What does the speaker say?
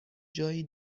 جایی